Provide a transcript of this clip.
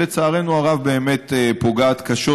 לצערנו הרב באמת היא פוגעת קשות.